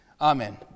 Amen